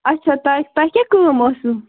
اَچھا تۄہہِ تۄہہِ کیٛاہ کٲم ٲسوٕ